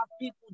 people